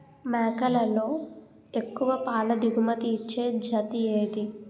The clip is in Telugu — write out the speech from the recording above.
మేకలలో ఎక్కువ పాల దిగుమతి ఇచ్చే జతి ఏది?